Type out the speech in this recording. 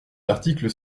l’article